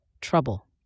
Trouble